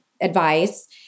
advice